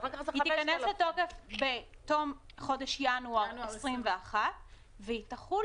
היא תיכנס לתוקף בתום חודש ינואר 2021 והיא תחול